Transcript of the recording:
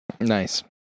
Nice